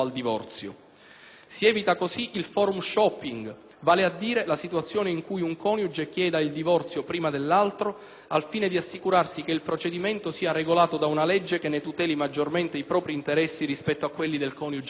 Si evita così il *forum shopping*, vale a dire la situazione in cui un coniuge chieda il divorzio prima dell'altro al fine di assicurarsi che il procedimento sia regolato da una legge che ne tuteli maggiormente i propri interessi rispetto a quelli del coniuge convenuto.